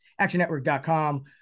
actionnetwork.com